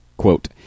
Quote